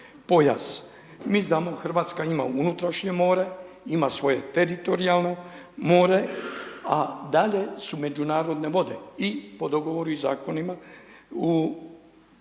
Mi znamo Hrvatska ima unutrašnje more, ima svoje teritorijalno more, a dalje su međunarodne vode i po dogovoru i zakonima u